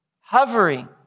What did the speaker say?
hovering